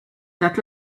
that